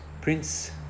Prince